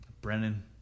Brennan